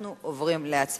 אנחנו עוברים להצבעה.